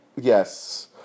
Yes